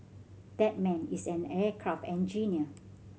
that man is an aircraft engineer